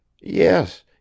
yes